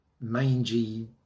mangy